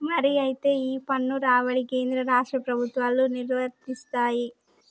మరి అయితే ఈ పన్ను రాబడి కేంద్ర రాష్ట్ర ప్రభుత్వాలు నిర్వరిస్తాయి